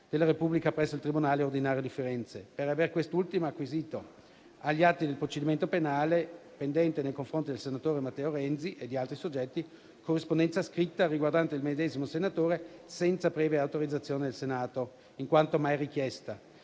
della Repubblica presso il tribunale ordinario di Firenze, per avere quest'ultima acquisito agli atti del procedimento penale pendente nei confronti del senatore Matteo Renzi e di altri soggetti corrispondenza scritta riguardante il medesimo senatore senza previa autorizzazione del Senato, in quanto mai richiesta,